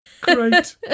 Great